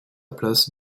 place